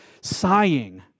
sighing